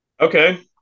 okay